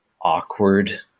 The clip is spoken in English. awkward